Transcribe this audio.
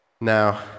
Now